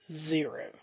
Zero